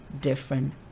different